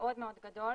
מאוד מאוד גדול,